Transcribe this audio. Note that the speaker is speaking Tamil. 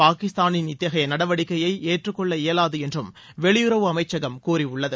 பாகிஸ்தானின் இத்தகைய நடவடிக்கையை ஏற்றுக்கொள்ள இயலாது என்றம் வெளியுறவு அமைச்சகம் கூறியுள்ளது